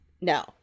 No